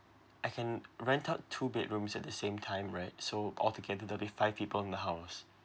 I can rent out two bedrooms at the same time right so altogether there'll be five people in the house